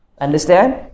Understand